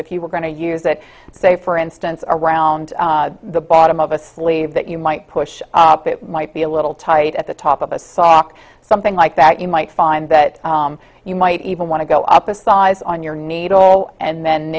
if you were going to use that say for instance around the bottom of a sleeve that you might push up it might be a little tight at the top of a soft something like that you might find that you might even want to go up a size on your needle and then